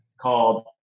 called